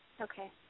Okay